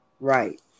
right